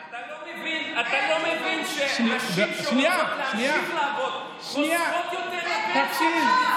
אתה לא מבין שנשים שרוצות להמשיך לעבוד חוסכות יותר לפנסיה.